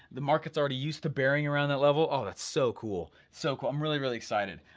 the markets already used to bearing around that level, oh, that's so cool, so cool, i'm really, really excited.